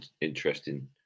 interesting